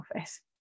office